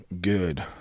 good